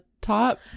top